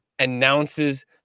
Announces